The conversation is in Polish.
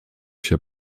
się